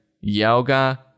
yoga